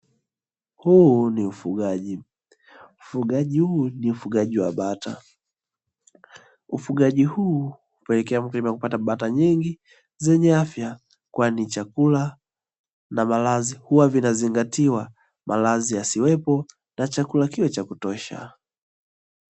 Huu ni ufugaji, ufugaji huu ni ufugaji wa bata. Ufugaji huu hupelekea mkulima kupata bata wengi wenye afya, kwani chakula na malazi huwa vinazingatiwa. Maradhi yasiwepo na chakula kiwe cha kutosha.